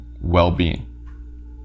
well-being